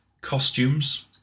costumes